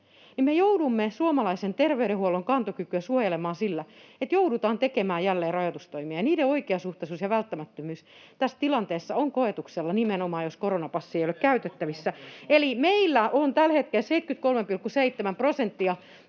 joudumme suomalaisen terveydenhuollon kantokykyä suojelemaan sillä, että joudutaan tekemään jälleen rajoitustoimia, ja niiden oikeasuhtaisuus ja välttämättömyys tässä tilanteessa on koetuksella nimenomaan, jos koronapassi ei ole käytettävissä. Meidän rokotekattavuutemme on tällä hetkellä 73,7 prosenttia,